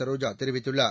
சரோஜா தெரிவித்துள்ளார்